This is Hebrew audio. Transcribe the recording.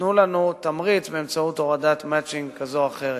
תנו לנו תמריץ באמצעות הורדת "מצ'ינג" כזאת או אחרת,